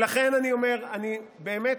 לכן אני אומר, באמת,